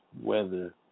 weather